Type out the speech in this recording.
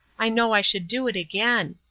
i know i should do it again.